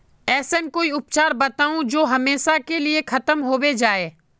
ऐसन कोई उपचार बताऊं जो हमेशा के लिए खत्म होबे जाए?